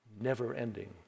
never-ending